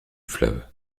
fleuve